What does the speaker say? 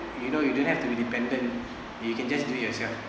you know you don't have to be dependent you can just do it yourself